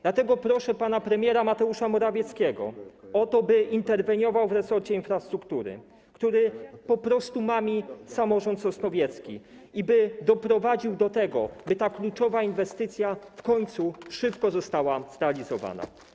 Dlatego proszę pana premiera Mateusza Morawieckiego o to, by interweniował w resorcie infrastruktury, który mami samorząd sosnowiecki, i by doprowadził do tego, żeby ta kluczowa inwestycja w końcu została zrealizowana.